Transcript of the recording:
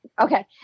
Okay